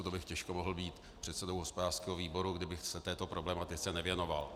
To bych těžko mohl být předsedou hospodářského výboru, kdybych se této problematice nevěnoval.